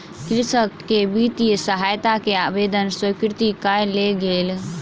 कृषक के वित्तीय सहायता के आवेदन स्वीकृत कय लेल गेल